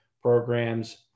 programs